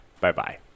Bye-bye